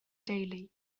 deulu